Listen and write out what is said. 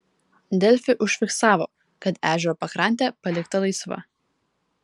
delfi užfiksavo kad ežero pakrantė palikta laisva